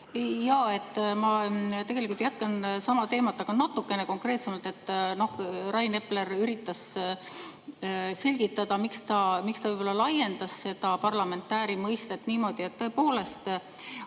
Jaa, ma tegelikult jätkan sama teemat, aga natukene konkreetsemalt. Rain Epler üritas selgitada, miks ta laiendas seda parlamentääri mõistet niimoodi. Tõepoolest,